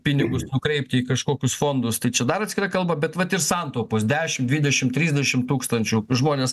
pinigus nukreipti į kažkokius fondus tai čia dar atskira kalba bet vat ir santaupos dešimt dvidešimt trisdešimt tūkstančių žmonės